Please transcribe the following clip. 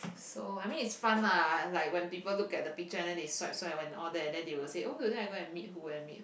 so I mean is fun ah like when people look at the picture and then they swipe swipe and all that then they will say oh today I go and meet who and meet who